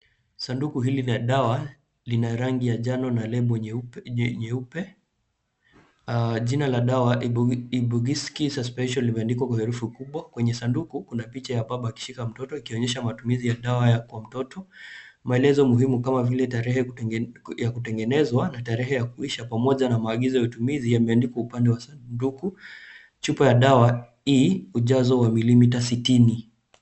Sanduku hili la dawa lina rangi ya njano na lebo nyeupe. Jina la dawa Ibugesic Suspension limeandikiwa kwa herufu kubwa. Kwenye sanduku kuna picha ya baba akishika mtoto ikionyesha matumizi ya dawa kwa mtoto. Maelezo muhimu kama vile tarehe ya kutengenezwa na tarehe ya kuisha pamoja na maagizo ya utumizi yameandikwa upande wa sanduku. Chupa ya dawa hii hujazwa wa milimeta sitini.